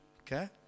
Okay